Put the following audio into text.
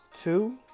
two